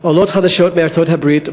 עולות חדשות מארצות-הברית,